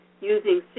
using